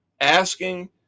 asking